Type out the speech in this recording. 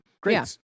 great